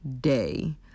day